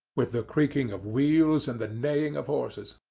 with the creaking of wheels and the neighing of horses.